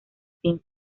film